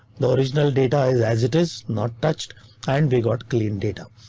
the original data is as it is not touched and we got clean data.